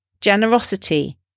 generosity